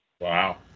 Wow